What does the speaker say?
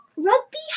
Rugby